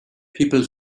people